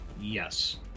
yes